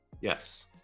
Yes